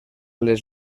les